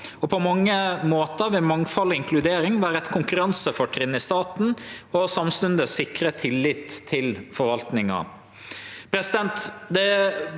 på mange måtar vil mangfald og inkludering vere eit konkurransefortrinn i staten og samstundes sikre tillit til forvaltninga.